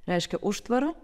reiškia užtvarą